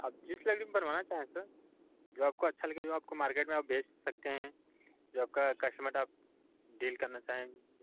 आप जिस बनवाना चाहें सर जो आपको अच्छा लगे जो आपको मार्केट में आप बेच सकते हैं जो आपका कस्टमर आप डील करना चाहें